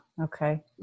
Okay